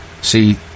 See